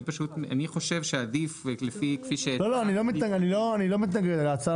אני פשוט חושב שעדיף כפי שאמרתי -- אני לא מתנגד להצעה,